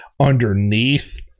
underneath